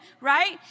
right